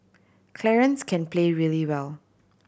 Clarence can play really well